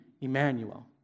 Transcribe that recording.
Emmanuel